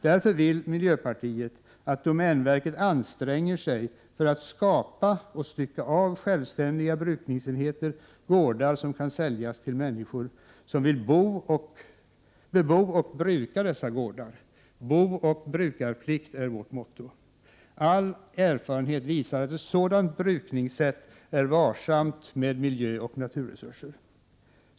Därför vill miljöpartiet att domänverket anstränger sig för att skapa och stycka av självständiga brukningsenheter, gårdar som kan säljas till människor som vill bebo och bruka dessa gårdar. Booch brukarplikt är vårt motto. All erfarenhet visar att ett sådant brukningssätt är varsamt med miljö och naturresurser.